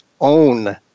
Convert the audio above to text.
own